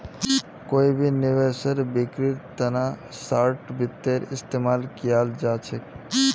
कोई भी निवेशेर बिक्रीर तना शार्ट वित्तेर इस्तेमाल कियाल जा छेक